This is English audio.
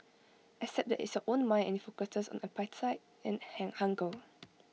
except that it's your own mind and IT focuses on appetite and hang hunger